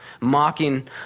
mocking